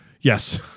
Yes